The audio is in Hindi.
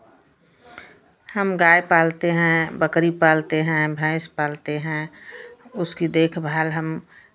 हम गाय पालते हैं बकरी पालते हैं भैंस पालते हैं उसकी देखभाल हम